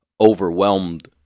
overwhelmed